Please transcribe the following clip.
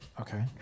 okay